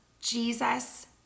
Jesus